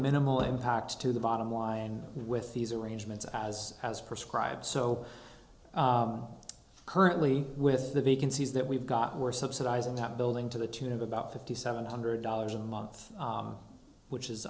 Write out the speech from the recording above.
minimal impact to the bottom line with these arrangements as as prescribed so currently with the vacancies that we've got we're subsidizing that building to the tune of about fifty seven hundred dollars a month which is